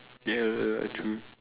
ya ya ya true